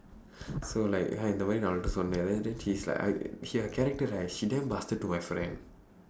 so like இந்த மாதிரின்னு நான் அவக்கிட்டே சொன்னேன்:indtha maathirinnu naan avakkitdee sonneen then she's like she her character right she damn bastard to my friend